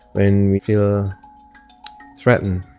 when we feel threatened,